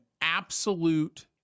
absolute